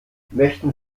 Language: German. möchten